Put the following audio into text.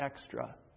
extra